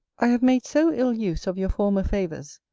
i have made so ill use of your former favours,